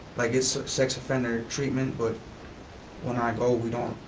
like it's sex offender treatment, but when i go we don't,